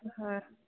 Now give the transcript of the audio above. হয়